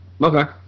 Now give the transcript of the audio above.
Okay